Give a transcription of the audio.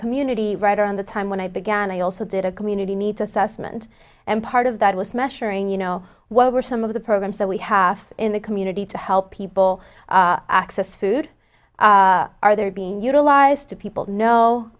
community right around the time when i began i also did a community needs assessment and part of that was measuring you know what were some of the programs that we haf in the community to help people access food are they're being utilized to people kno